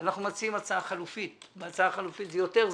אנחנו מציגים הצעה חלופית ובהצעה החלופית זה יותר זול,